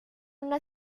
una